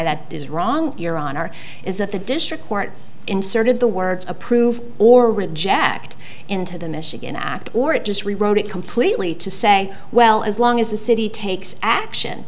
that is wrong here on our is that the district court inserted the words approve or reject into the michigan act or it just rewrote it completely to say well as long as the city takes action